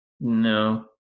No